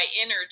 energy